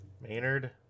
Maynard